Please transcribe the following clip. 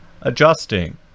adjusting